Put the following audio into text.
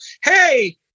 hey